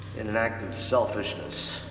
in an act of selfishness.